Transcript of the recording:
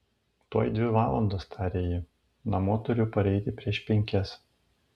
tuoj dvi valandos tarė ji namo turiu pareiti prieš penkias